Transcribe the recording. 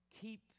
Keep